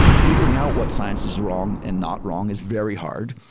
ah figuring out what science is wrong and not wrong is very hard.